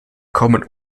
kommen